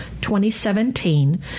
2017